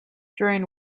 during